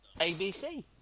ABC